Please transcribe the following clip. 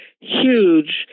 huge